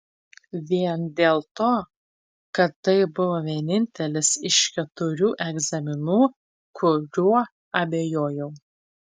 vien dėl to kad tai buvo vienintelis iš keturių egzaminų kuriuo abejojau